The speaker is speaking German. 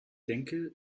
denke